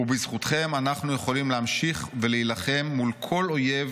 ובזכותכם אנחנו יכולים להמשיך ולהילחם מול כל אויב